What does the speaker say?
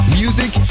music